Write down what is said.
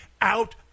out